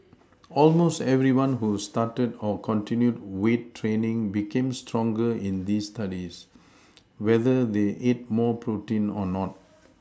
almost everyone who started or continued weight training became stronger in these Studies whether they ate more protein or not